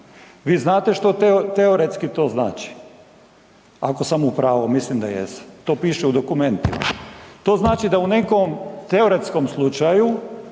Vi znate što teoretski to znači? Ako sam u pravu, mislim da jesam. To piše u dokumentima. To znači da u nekom teoretskom slučaju,